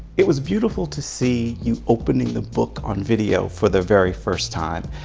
it was beautiful to see you opening the book on video for the very first time.